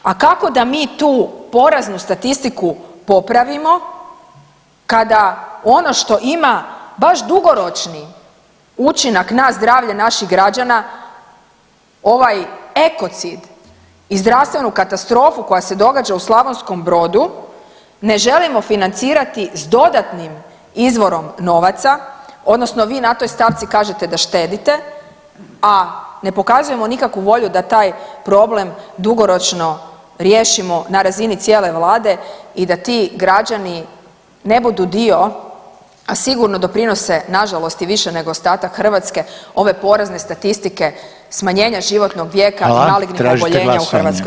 A kako da mi tu poraznu statistiku popravimo kada ono što ima baš dugoročni učinak na zdravlje naših građana ovaj ekocid i zdravstvenu katastrofu koja se događa u Slavonskom Brodu ne želimo financirati s dodatnim izvorom novaca odnosno vi na toj stavci kažete da štedite, a ne pokazujemo nikakvu volju da taj problem dugoročno riješimo na razini cijele vlade i da ti građani ne budu dio, a sigurno doprinose nažalost i više nego ostatak Hrvatske ove porazne statistike smanjenja životnog vijeka od [[Upadica: Hvala, tražite glasovanje?]] malignih oboljenja u Hrvatskoj.